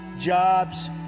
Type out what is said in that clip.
jobs